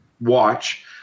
watch